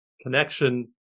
connection